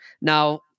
Now